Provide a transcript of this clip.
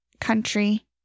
country